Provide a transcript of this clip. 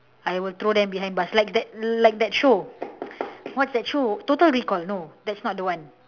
I will throw them behind bars like that like that show what's that show total recall no that's not the one